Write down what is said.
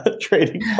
trading